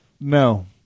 No